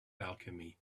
alchemy